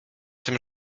tym